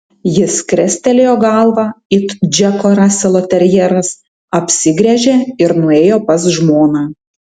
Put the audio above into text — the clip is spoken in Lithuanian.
jis krestelėjo galvą it džeko raselo terjeras apsigręžė ir nuėjo pas žmoną